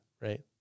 Right